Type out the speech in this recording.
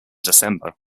december